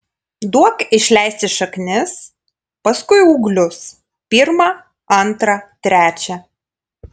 duok išleisti šaknis paskui ūglius pirmą antrą trečią